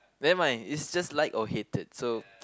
nevermind it's just liked or hated so